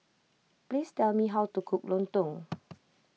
please tell me how to cook Lontong